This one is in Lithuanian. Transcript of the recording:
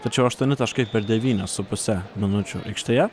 tačiau aštuoni taškai per devynias su puse minučių aikštėje